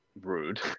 rude